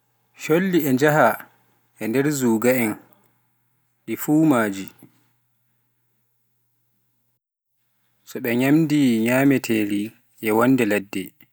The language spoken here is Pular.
cholli e njaaha e nde zugaaji, so ɓe nymdi nyamunda e ladde.